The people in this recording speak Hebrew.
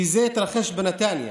כי זה התרחש בנתניה,